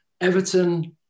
Everton